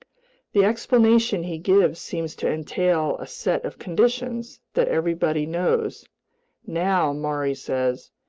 the explanation he gives seems to entail a set of conditions that everybody knows now, maury says,